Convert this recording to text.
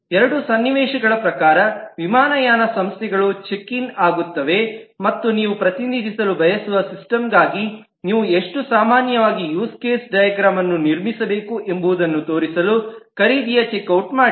ಎರಡು ಸನ್ನಿವೇಶಗಳ ಪ್ರಕಾರ ವಿಮಾನಯಾನ ಸಂಸ್ಥೆಗಳು ಚೆಕ್ ಇನ್ ಆಗುತ್ತವೆ ಮತ್ತು ನೀವು ಪ್ರತಿನಿಧಿಸಲು ಬಯಸುವ ಸಿಸ್ಟಮ್ಗಾಗಿ ನೀವು ಎಷ್ಟು ಸಾಮಾನ್ಯವಾಗಿ ಯೂಸ್ ಕೇಸ್ ಡೈಗ್ರಾಮನ್ನು ನಿರ್ಮಿಸಬೇಕು ಎಂಬುದನ್ನು ತೋರಿಸಲು ಖರೀದಿಯ ಚೆಕ್ ಔಟ್ ಮಾಡಿ